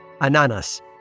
Ananas